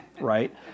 right